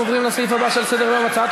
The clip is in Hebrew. אנחנו עוברים לסעיף הבא שעל סדר-היום: הצעת